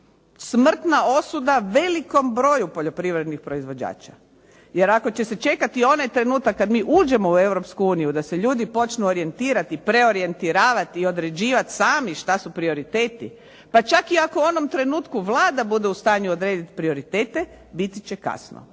smrtna osuda velikom broju poljoprivrednih proizvođača. Jer ako će se čekati onaj trenutak kada mi uđemo u Europsku uniju da se ljudi počnu orijentirati preorjentavati i određivati sami što su prioriteti, pa čak i ako u onom trenutku Vlada bude u stanju odrediti prioritete, bit će kasno.